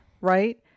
right